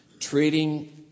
Treating